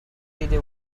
ride